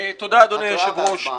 עמיתיי חברי הכנסת,